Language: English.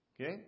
Okay